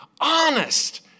honest